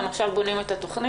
עכשיו הם בונים את התוכנית.